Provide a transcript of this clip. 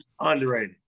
underrated